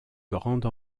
grande